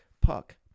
puck